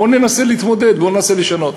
בוא ננסה להתמודד, ננסה לשנות.